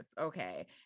Okay